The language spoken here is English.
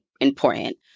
important